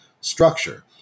structure